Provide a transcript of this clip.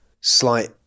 slight